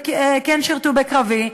וכן שירתו בקרבי,